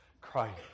Christ